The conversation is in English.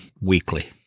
weekly